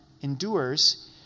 endures